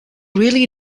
really